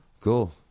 Cool